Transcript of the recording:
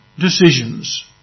decisions